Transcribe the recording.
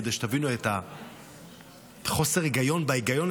כדי שתבינו את חוסר ההיגיון בהיגיון